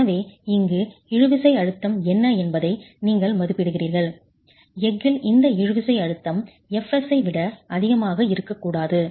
எனவே இங்கே எஃகு இழுவிசை அழுத்தம் என்ன என்பதை நீங்கள் மதிப்பிடுகிறீர்கள் எஃகில் இந்த இழுவிசை அழுத்தம் Fs ஐ விட அதிகமாக இருக்கக்கூடாது